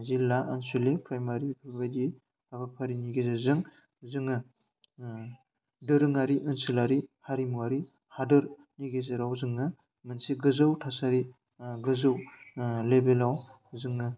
जिल्ला आनस'लिक प्राइमारि बेफोरबायदि हाबाफारिनि गेजेरजों जोङो दोरोङारि ओनसोलारि हारिमुवारि हादोरनि गेजेराव जोङो मोनसे गोजौ थासारि गोजौ लेबेलाव जोङो